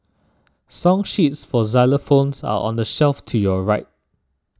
song sheets for xylophones are on the shelf to your right